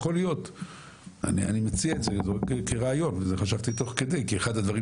ואני מציע רעיון שחשבתי תוך כדי: אחד הדברים